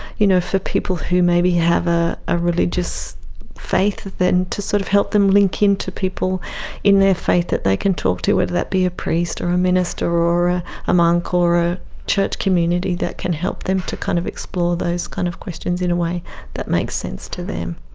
you know for people who maybe have a a religious faith, then to sort of help them link in to people in their faith that they can talk to, whether that be a priest or a minister or a a monk or or a church community that can help them to kind of explore those kind of questions in a way that makes sense to them.